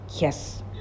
Yes